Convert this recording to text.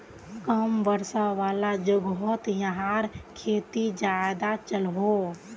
कम वर्षा वाला जोगोहोत याहार खेती ज्यादा चलोहो